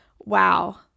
wow